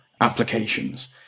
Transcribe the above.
applications